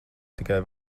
tikai